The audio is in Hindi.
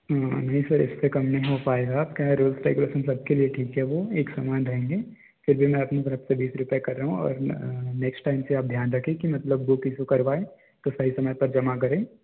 नहीं सर इससे कम नहीं हो पाएगा आप कह रहे हो रूल्स एन रेगुलेशन सब के लिए ठीक है एक सामान रहेंगे फिर भी मैं अपनी आपके लिए बीस रुपए कर रहा हूँ और नेक्स्ट टाइम से आप ध्यान रखें मतलब बुक इसू करवाएं तो सही समय पर जमा करें